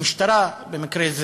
המשטרה במקרה זה.